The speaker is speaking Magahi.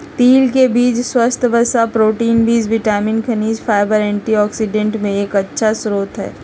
तिल के बीज स्वस्थ वसा, प्रोटीन, बी विटामिन, खनिज, फाइबर, एंटीऑक्सिडेंट के एक अच्छा स्रोत हई